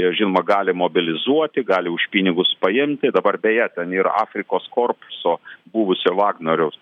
jie žinoma gali mobilizuoti gali už pinigus paimti dabar beje ten yra afrikos korpuso buvusio vagnoriaus